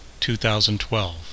2012